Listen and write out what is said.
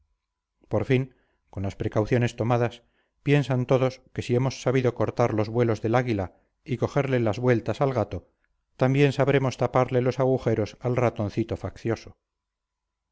por fin con las precauciones tomadas piensan todos que si hemos sabido cortar los vuelos del águila y cogerle las vueltas al gato también sabremos taparle los agujeros al ratoncito faccioso